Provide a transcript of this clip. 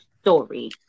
Story